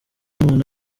umuntu